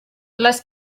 les